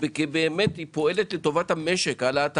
היא באמת פועלת לטובת המשק העלאת הריבית.